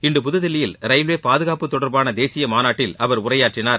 இன்று புதுதில்லியில் ரயில்வே பாதுகாப்பு தொடர்பான தேசியமாநாட்டில் அவர் உரையாற்றினார்